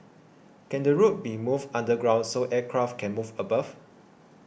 can the road be moved underground so aircraft can move above